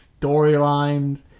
storylines